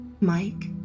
Mike